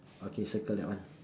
okay circle that one